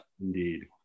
Indeed